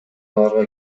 аларга